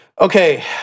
Okay